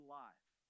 life